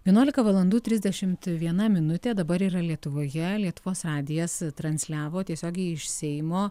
vienuolika valandų trisdešimt viena minutė dabar yra lietuvoje lietuvos radijas transliavo tiesiogiai iš seimo